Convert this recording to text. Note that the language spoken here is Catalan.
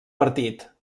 partit